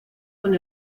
con